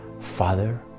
Father